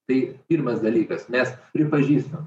tai pirmas dalykas mes pripažįstam